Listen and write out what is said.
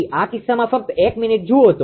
તેથી આ કિસ્સામાં ફક્ત એક મિનિટ જુઓ